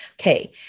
Okay